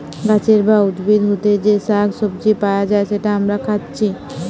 গাছের বা উদ্ভিদ হোতে যে শাক সবজি পায়া যায় যেটা আমরা খাচ্ছি